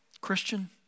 Christian